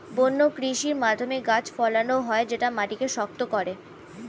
বন্য কৃষির মাধ্যমে গাছ ফলানো হয় যেটা মাটিকে শক্ত করে